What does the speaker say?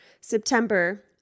September